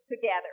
together